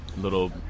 little